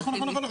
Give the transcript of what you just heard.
נכון, נכון.